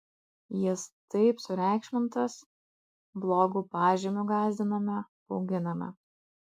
jis taip sureikšmintas blogu pažymiu gąsdiname bauginame